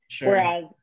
whereas